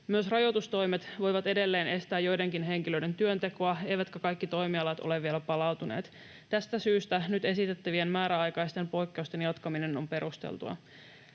Myös rajoitustoimet voivat edelleen estää joidenkin henkilöiden työntekoa, eivätkä kaikki toimialat ole vielä palautuneet. Tästä syystä nyt esitettävien määräaikaisten poikkeusten jatkaminen on perusteltua.